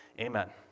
Amen